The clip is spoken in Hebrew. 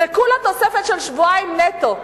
זה כולה תוספת של שבועיים נטו,